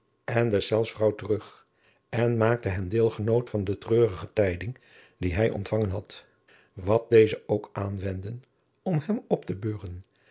en deszelfs vrouw terug en maakte hen deelgenooten van de treurige tijding die hij ontvangen had wat deze ook aanwendden om hem op te beuren